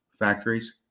factories